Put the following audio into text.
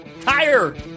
Tire